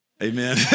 Amen